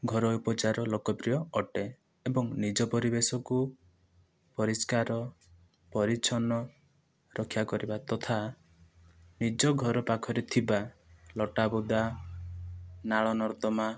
ଘରୋଇ ଉପଚାର ଲୋକପ୍ରିୟ ଅଟେ ଏବଂ ନିଜ ପରିବେଶକୁ ପରିଷ୍କାର ପରିଛନ୍ନ ରକ୍ଷା କରିବା ତଥା ନିଜ ଘର ପାଖରେ ଥିବା ଲଟା ବୁଦା ନାଳ ନର୍ଦ୍ଦମା